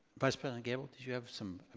vice president gabel, did you have some,